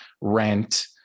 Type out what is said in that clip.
rent